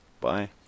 Bye